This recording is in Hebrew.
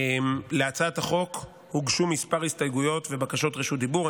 להצעת החוק הוגשו כמה הסתייגויות ובקשות רשות דיבור.